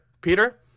Peter